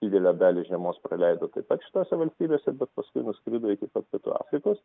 didelę dalį žiemos praleido taip pat šitose valstybėse bet paskui nuskrido iki pat pietų afrikos